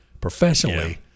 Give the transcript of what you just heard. professionally